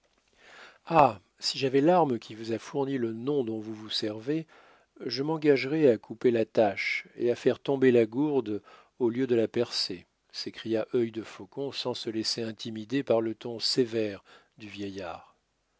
ah si j'avais l'arme qui vous a fourni le nom dont vous vous servez je m'engagerais à couper l'attache et à faire tomber la gourde au lieu de la percer s'écria œil de faucon sans se laisser intimider par le ton sévère du vieillard